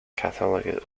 catholic